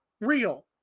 real